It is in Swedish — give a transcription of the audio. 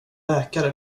läkare